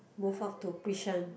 move off to Bishan